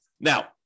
Now